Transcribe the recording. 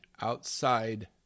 outside